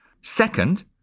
Second